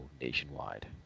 nationwide